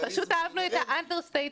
עופר, פשוט אהבנו את האנדרסטייטמנט.